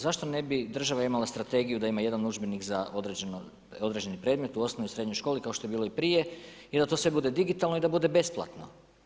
Zašto ne bi država imala strategiju da ima jedan udžbenik za određeni predmet u osnovnoj i srednjoj školi kao što je bilo i prije i da to sve bude digitalno i da bude besplatno?